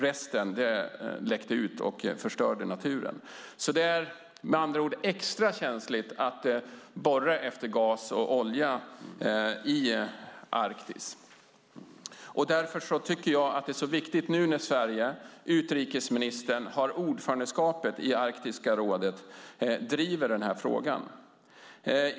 Resten läckte ut och förstörde naturen. Det är med andra ord extra känsligt att borra efter gas och olja i Arktis. Därför tycker jag att det är viktigt att, nu när Sverige och utrikesministern har ordförandeskapet i Arktiska rådet, driva den här frågan.